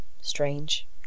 strange